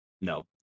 no